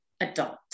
adult